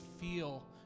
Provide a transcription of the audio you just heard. feel